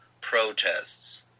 protests